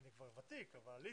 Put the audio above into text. אני כבר ותיק אבל עליתי.